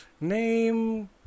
Name